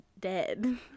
dead